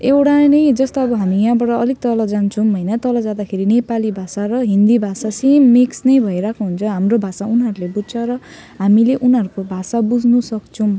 एउटा नै जस्तो अब हामी यहाँबाट अलिक तल जान्छौँ होइन तल जाँदाखेरि नेपाली भाषा र हिन्दी भाषा सेम मिक्स नै भइरहेको हुन्छ हाम्रो भाषा उनीहरूले बुझ्छ र हामीले उनीहरूको भाषा बुझ्नसक्छौँ